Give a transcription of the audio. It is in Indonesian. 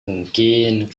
mungkin